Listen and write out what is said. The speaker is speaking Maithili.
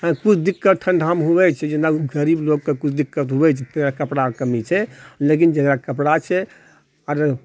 कुछ दिक्कत ठण्डामे होबै छै जेना गरीब लोकके कुछ दिक्कत होइ छै कपड़ाके कमी छै लेकिन जकरा कपड़ा छै आओर